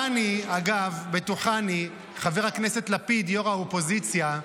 אגב, בטוחני, חבר הכנסת לפיד, יו"ר האופוזיציה,